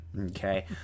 Okay